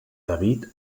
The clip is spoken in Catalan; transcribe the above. david